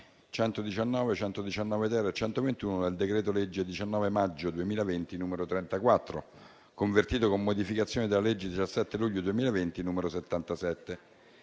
119, 119-*ter* e 121 del decreto-legge 19 maggio 2020, n. 34, convertito, con modificazioni, dalla legge 17 luglio 2020, n. 77.